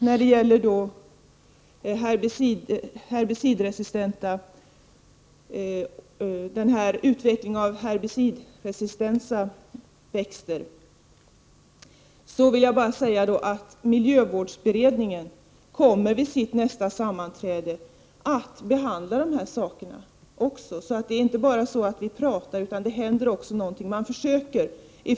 När det gäller utvecklingen av herbicidresistenta växter vill jag bara säga att miljövårdsberedningen vid sitt nästa sammanträde också kommer att behandla dessa frågor. Vi inte bara talar om dessa saker, utan det händer också något.